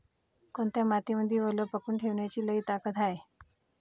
कोनत्या मातीमंदी वल पकडून ठेवण्याची लई ताकद हाये?